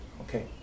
Okay